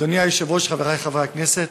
אדוני היושב-ראש, חברי חברי הכנסת,